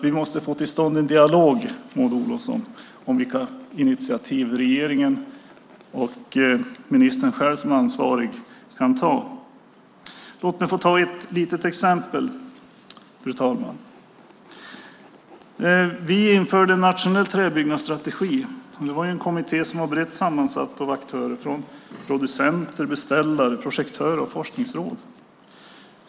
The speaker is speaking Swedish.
Vi måste få till stånd en dialog, Maud Olofsson, om vilka initiativ regeringen och ministern själv som ansvarig kan ta. Låt mig ta ett litet exempel. Vi införde en nationell träbyggnadsstrategi. Det var en kommitté som var brett sammansatt av aktörer, från producenter, beställare och projektörer till forskningsråd.